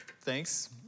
Thanks